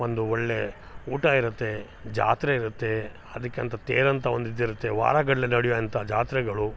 ಒಂದು ಒಳ್ಳೆಯ ಊಟ ಇರುತ್ತೆ ಜಾತ್ರೆ ಇರುತ್ತೆ ಅದಕ್ಕಂತ ತೇರಂತ ಒಂದು ಇದು ಇರತ್ತೆ ವಾರಗಟ್ಟಲೆ ನಡೆವಂಥ ಜಾತ್ರೆಗಳು